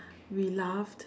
we laughed